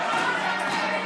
נגד מיכל רוזין,